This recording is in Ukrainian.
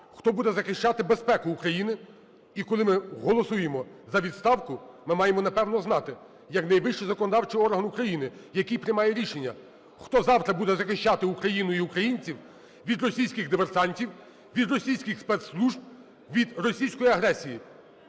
хто буде захищати безпеку України. І коли ми голосуємо за відставку, ми маємо, напевно, знати, як найвищий законодавчий орган України, який приймає рішення, хто завтра буде захищати Україну і українців від російських диверсантів, від російських спецслужб, від російської агресії,